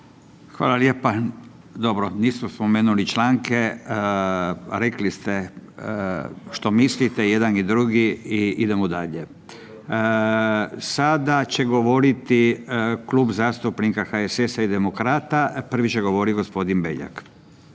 Hvala lijepa. Dobro, nismo spomenuli članke, rekli ste što mislite jedan i drugi i idemo dalje. Sada će govoriti Klub zastupnika HSS-a i Demokrata, prvi će govoriti gospodin Beljak.